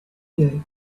you